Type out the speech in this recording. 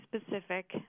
specific